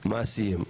מעשיים.